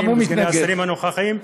ומייד אחרי כן, הצבעה.